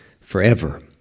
forever